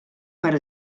per